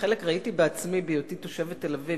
וחלק מהם ראיתי בעצמי בהיותי תושבת תל-אביב,